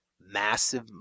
massive